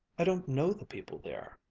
i don't know the people there.